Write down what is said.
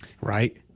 right